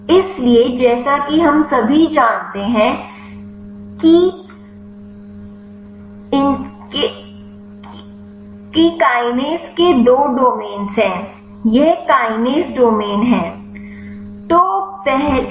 इसलिए जैसा कि हम सभी जानते हैं किनसे के दो डोमेन्स हैं यह काइनेज डोमेन है